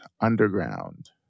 underground